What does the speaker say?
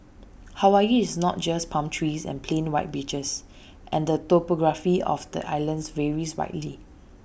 Hawaii is not just palm trees and plain white beaches and the topography of the islands varies widely